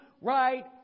right